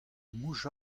mouch